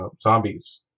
zombies